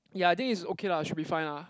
ya I think it's okay lah should be fine ah